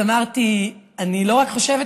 אז אמרתי: אני לא רק חושבת,